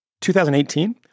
2018